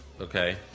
okay